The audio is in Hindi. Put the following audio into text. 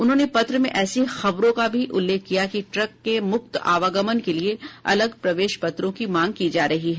उन्होंने पत्र में ऐसी खबरों का भी उल्लेख किया कि ट्रकके मुक्त आवागमन के लिए अलग प्रवेश पत्रों की मांग की जा रही है